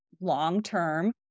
long-term